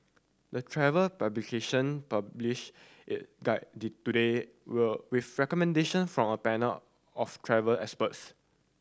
the travel publication published its guide today will recommendation from a panel of travel experts